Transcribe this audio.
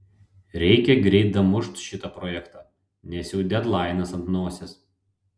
reikia greit damušt šitą projektą nes jau dedlainas ant nosies